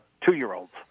two-year-olds